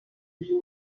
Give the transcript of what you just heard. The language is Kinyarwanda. indonke